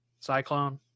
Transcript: Cyclone